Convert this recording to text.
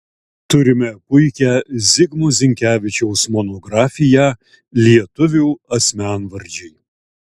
turime puikią zigmo zinkevičiaus monografiją lietuvių asmenvardžiai